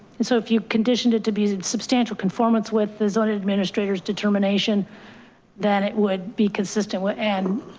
and so if you conditioned it to be substantial conformance with the zoning, administrator's determination that it would be consistent with an,